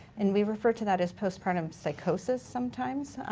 and we refer to that as postpartum psychosis sometimes.